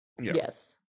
yes